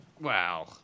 Wow